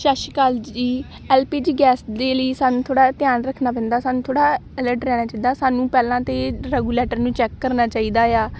ਸਤਿ ਸ਼੍ਰੀ ਅਕਾਲ ਜੀ ਐੱਲ ਪੀ ਜੀ ਗੈਸ ਦੇ ਲਈ ਸਾਨੂੰ ਥੋੜ੍ਹਾ ਧਿਆਨ ਰੱਖਣਾ ਪੈਂਦਾ ਸਾਨੂੰ ਥੋੜ੍ਹਾ ਅਲਰਟ ਰਹਿਣਾ ਚਾਹੀਦਾ ਸਾਨੂੰ ਪਹਿਲਾਂ ਤਾਂ ਰੈਗੂਲੇਟਰ ਨੂੰ ਚੈੱਕ ਕਰਨਾ ਚਾਹੀਦਾ ਆ